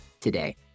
today